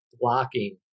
blocking